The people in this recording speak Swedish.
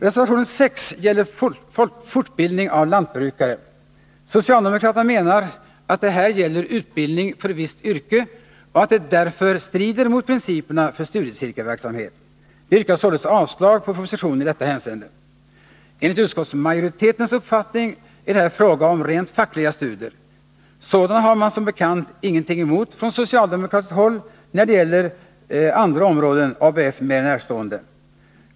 Reservation 6 gäller fortbildning av lantbrukare. Socialdemokraterna menar att det här gäller utbildning för visst yrke och att det därför strider mot principerna för studiecirkelverksamhet. De yrkar således avslag på propositionen i detta hänseende. Enligt utskottsmajoritetens uppfattning är det här fråga om rent fackliga studier. Sådana har man som bekant ingenting emot från socialdemokratiskt håll när det gäller andra områden, ABF mer närstående.